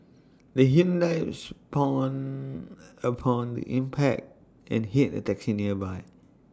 the Hyundai spun upon impact and hit A taxi nearby